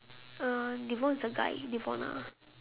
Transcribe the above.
uh devon is a guy devona